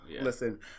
Listen